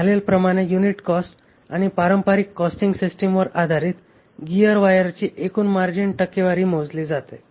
खालीलप्रमाणे unit cost आणि पारंपारिक कॉस्टिंग सिस्टमवर आधारित गीयर वायरची एकूण मार्जिन टक्केवारी मोजली जाते